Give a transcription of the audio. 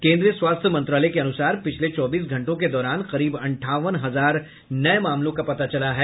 केन्द्रीय स्वास्थ्य मंत्रालय के अनुसार पिछले चौबीस घंटों के दौरान करीब अंठावन हजार नये मामलों का पता चला है